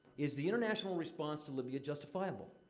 is the international response to libya justifiable?